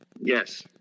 Yes